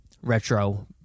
retro